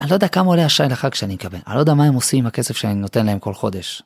אני לא יודע כמה עולה השי לחג שאני אקבל, אני לא יודע מה הם עושים עם הכסף שאני נותן להם כל חודש.